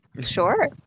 Sure